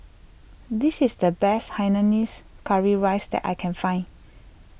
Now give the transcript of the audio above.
this is the best Hainanese Curry Rice that I can find